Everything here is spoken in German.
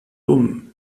dumm